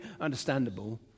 understandable